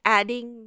adding